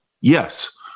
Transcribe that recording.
Yes